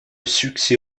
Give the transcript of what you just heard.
succès